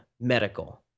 Medical